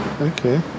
Okay